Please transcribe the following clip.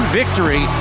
victory